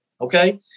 okay